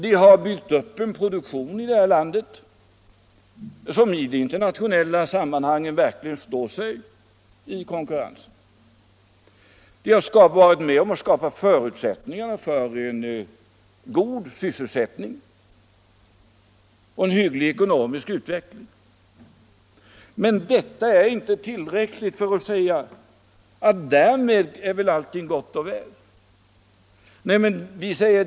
De har byggt upp en produktion i det här landet som i de internationella sammanhangen verkligen står sig i konkurrensen. De har varit med om att skapa förutsättningarna för en god sysselsättning och en hygglig ekonomisk utveckling. Men detta är inte tillräckligt för att säga att allting är gott och väl.